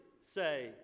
say